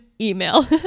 email